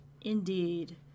Indeed